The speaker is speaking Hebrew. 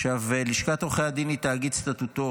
עכשיו, לשכת עורכי הדין היא תאגיד סטטוטורי.